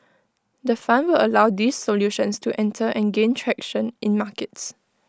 the fund allow these solutions to enter and gain traction in markets